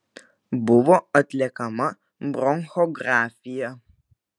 buvo atliekama bronchografija